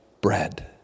bread